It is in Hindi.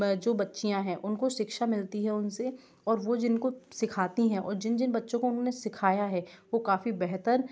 जो बच्चियाँ हैं उनको शिक्षा मिलती है उनसे और वो जिनको सिखाती हैं और जिन जिन बच्चों काे उन्होंने सिखाया है वो काफ़ी बेहतर